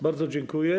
Bardzo dziękuję.